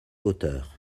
auteur